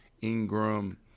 Ingram